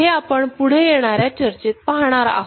हे आपण पुढे येणाऱ्या चर्चेत पाहणार आहोत